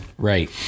Right